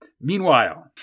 Meanwhile